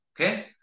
okay